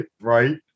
right